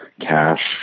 cash